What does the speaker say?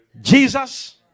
Jesus